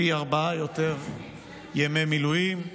פי ארבעה יותר ימי מילואים.